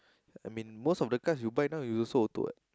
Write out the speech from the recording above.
I mean most of the cars you buy now you also auto what